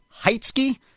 Heitsky